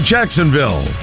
Jacksonville